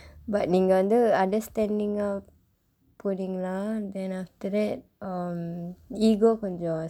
but நீங்க வந்து:niingka vandthu understanding-aa போனீங்கனா:pooniingkanaa then after that um ego கொஞ்சம்:koncham